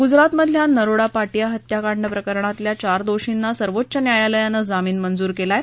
गुजरातमधल्या नरोडा पाटिया हत्याकांड प्रकरणातल्या चार दोषींना सर्वोच्च न्यायालयानं जामीन मंजूर केला आहे